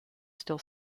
still